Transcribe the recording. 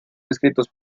escritos